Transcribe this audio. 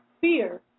fear